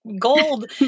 gold